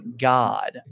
God